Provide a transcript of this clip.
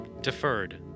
Deferred